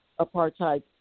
apartheid